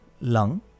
lung